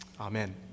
Amen